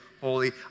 holy